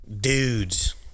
dudes